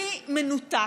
הכי מנותק,